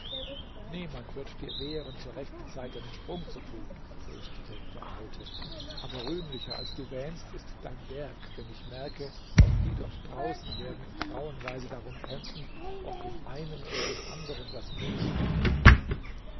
niemand wird dir wehren zur rechten zeit deinen sprung zu tun tröstete der alte aber rühmlicher als du wähnst ist dein werk denn ich merke auch die dort draußen werden in frauenweise darum kämpfen ob dem einen oder dem anderen das mus verbrenne